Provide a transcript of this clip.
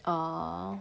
orh